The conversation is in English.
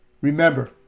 Remember